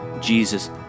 Jesus